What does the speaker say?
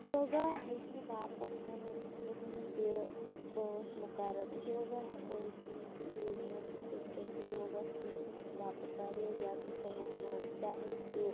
یوگا ہیٚچھنہٕ باپَتھ چھَنہٕ کٕہٲنۍ تہِ وٲنٛس مقرر یوگا ہیٚکَو أسۍ کُنہِ تہِ ایجہٕ منٛز ہیٚچھِتھ تہٕ یوگا چھُ صحتہٕ باپَتھ واریاہ زیادٕ فٲیِدٕ منٛد چاہے سُہ